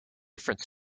different